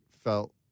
felt